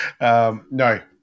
no